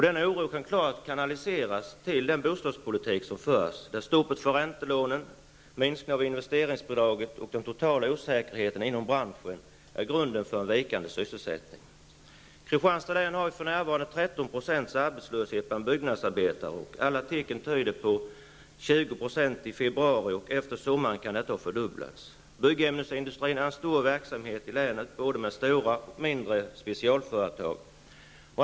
Den oron kan klart förklaras med den bostadspolitik som förs: Stoppet för räntelånen, minskningen av investeringsbidraget och den totala osäkerheten inom branschen är grunden för en vikande sysselsättning. arbetslöshet bland byggnadsarbetare och alla tecken tyder på 20 % i februari, och efter sommaren kan siffrorna ha fördubblats. Byggämnesindustrin är en stor verksamhet i länet, med både stora och mindre specialföretag.